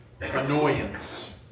annoyance